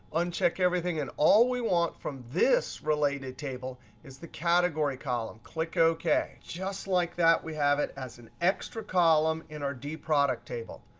uncheck everything. and all we want from this relate table is the category column. click ok. just like that, we have it as an extra column in our dproduct table.